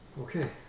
okay